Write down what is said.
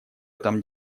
этом